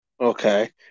Okay